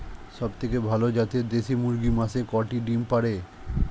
সবথেকে ভালো জাতের দেশি মুরগি মাসে কয়টি ডিম পাড়ে?